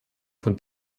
von